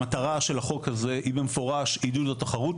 המטרה של החוק הזה היא במפורש עידוד התחרות,